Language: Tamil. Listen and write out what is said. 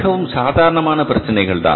அது மிகவும் சாதாரணமான பிரச்சனைகள்